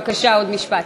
עוד משפט.